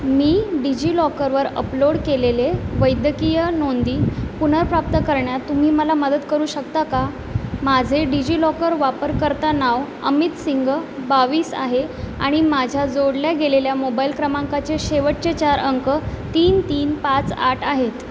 मी डिजि लॉकरवर अपलोड केलेले वैद्यकीय नोंदी पुनर्प्राप्त करण्यात तुम्ही मला मदत करू शकता का माझे डिजि लॉकर वापरकर्ता नाव अमित सिंग बावीस आहे आणि माझ्या जोडल्या गेलेल्या मोबाईल क्रमांकाचे शेवटचे चार अंक तीन तीन पाच आठ आहेत